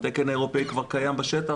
התקן האירופאי כבר קיים בשטח,